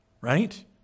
right